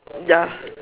ya